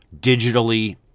digitally